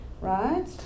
right